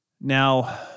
Now